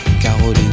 Caroline